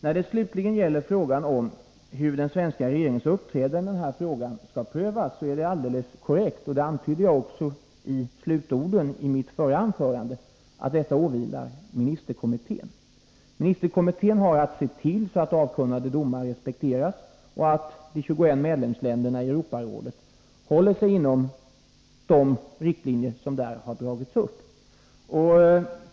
När det slutligen gäller frågan om hur den svenska regeringens uppträdande i det här fallet skall prövas, är det helt korrekt — det antydde jag också i slutorden av mitt förra anförande — att detta åvilar ministerkommittén. Denna har att se till att avkunnade domar respekteras och att de 21 medlemsländerna i Europarådet håller sig inom de riktlinjer som där har dragits upp.